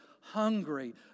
hungry